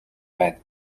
байна